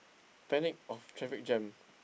panic of traffic jam